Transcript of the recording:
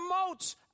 promotes